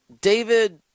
David